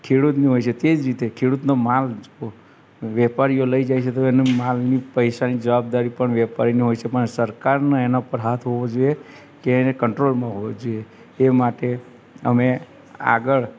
ખેડૂતની હોય છે તે જ રીતે ખેડૂતનો માલ જો વેપારીઓ લઈ જાય છે તો એનો માલના પૈસાની જવાબદારી જવાબદારી પણ વેપારીનો હોય છે પણ સરકારનો એના પર હાથ હોવો જોઈએ કે એને કંટ્રોલમાં હોવો જોઈએ એ માટે તમે આગળ